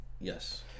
Yes